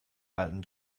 alten